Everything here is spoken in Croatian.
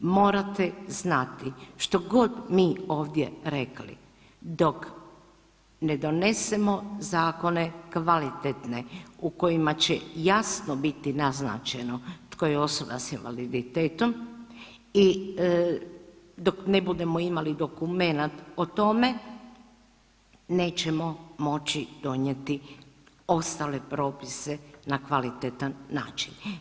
Morate znati što god mi ovdje rekli, dok ne donesemo zakone kvalitetne u kojima će jasno biti naznačeno tko je osoba s invaliditetom i dok ne budemo imali dokumenat o tome nećemo moći donijeti ostale propise na kvalitetan način.